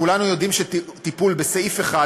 כולנו יודעים שטיפול בסעיף אחד,